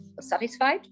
satisfied